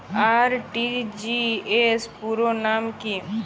RTGS পুরো নাম কি?